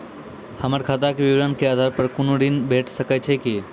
हमर खाता के विवरण के आधार प कुनू ऋण भेट सकै छै की?